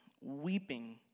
weeping